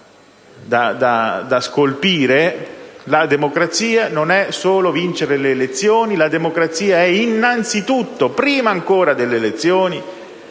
da scolpire: la democrazia non è solo vincere le elezioni, ma è innanzitutto, prima ancora delle elezioni,